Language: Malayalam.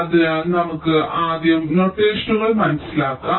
അതിനാൽ നമുക്ക് ആദ്യം നൊട്ടേഷനുകൾ മനസ്സിലാക്കാം